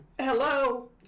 Hello